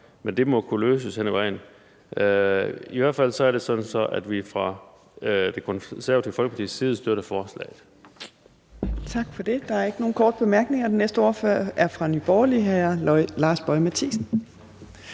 Men det må kunne løses hen ad vejen. I hvert fald er det sådan, at vi fra Det Konservative Folkepartis side støtter forslaget.